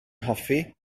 hoffi